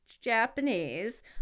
Japanese